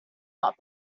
not